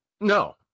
No